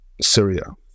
Syria